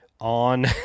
On